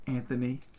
Anthony